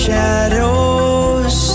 Shadows